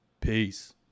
Peace